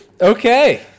Okay